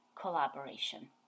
collaboration